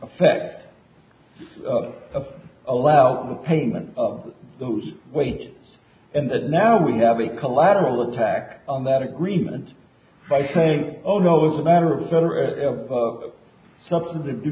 effect allowed payment of those ways and now we have a collateral attack on that agreement by saying oh no it's a matter of substantive